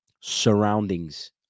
surroundings